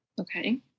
Okay